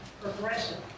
progressive